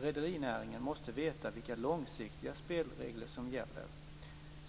Rederinäringen måste veta vilka långsiktiga spelregler som gäller.